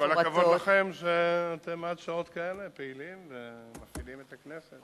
כל הכבוד לכם שאתם עד שעות כאלה פעילים ומפעילים את הכנסת.